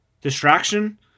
distraction